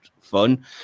fun